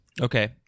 Okay